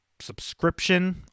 subscription